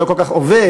לא כל כך עובד,